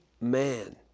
man